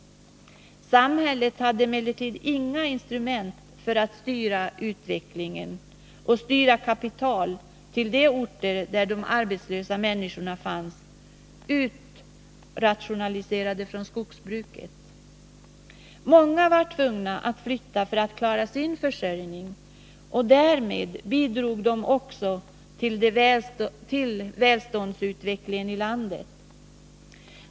Samhället hade emellertid inga instrument för att styra utvecklingen och styra kapital till de orter där de arbetslösa människorna fanns utrationaliserade från skogsbruket. Många var tvungna att flytta för att klara sin försörjning, och därmed bidrog de också till välståndsutvecklingen i landet.